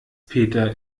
peter